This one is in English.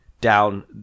down